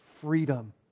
freedom